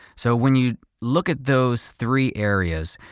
so when you look at those three areas,